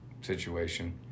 situation